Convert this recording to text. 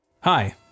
Hi